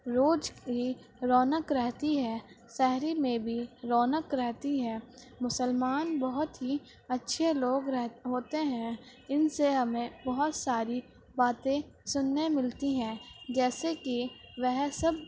روز کی رونق رہتی ہے شہری میں بھی رونق رہتی ہے مسلمان بہت ہی اچھے لوگ ہوتے ہیں ان سے ہمیں بہت ساری باتیں سننے ملتی ہیں جیسے کہ وہ سب